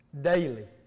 daily